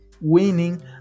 winning